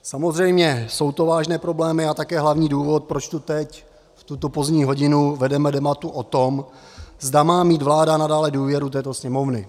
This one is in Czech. Samozřejmě jsou to vážné problémy a také hlavní důvod, proč tu teď v tuto pozdní hodinu vedeme debatu o tom, zda má mít vláda nadále důvěru této Sněmovny.